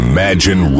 Imagine